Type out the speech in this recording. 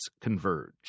converge